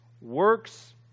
works